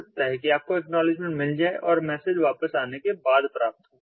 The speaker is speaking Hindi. हो सकता है कि आपको एक्नॉलेजमेंट मिल जाए और मैसेज वापस आने के बाद प्राप्त हो